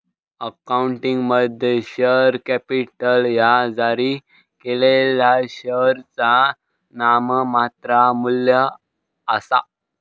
अकाउंटिंगमध्ये, share capital ह्या जारी केलेल्या शेअरचा नाममात्र मू्ल्य आसा